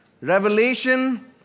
Revelation